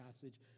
passage